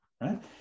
right